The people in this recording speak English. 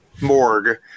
morgue